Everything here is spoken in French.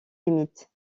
limite